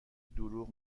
دروغ